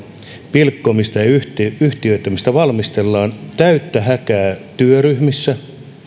pilkkomista ja yhtiöittämistä valmistellaan täyttä häkää työryhmissä